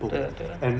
对 lah 对 lah